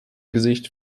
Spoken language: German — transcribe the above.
gesicht